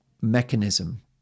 mechanism